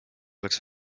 oleks